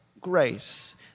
grace